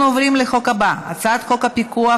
37 חברי כנסת,